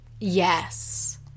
Yes